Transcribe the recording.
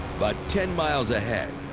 but ten miles ahead.